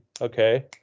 okay